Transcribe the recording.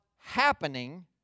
happening